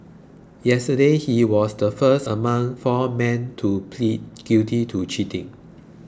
yesterday he was the first among four men to plead guilty to cheating